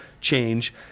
change